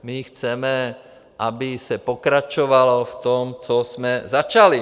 My chceme, aby se pokračovalo v tom, co jsme začali.